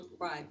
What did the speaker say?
Right